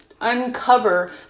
uncover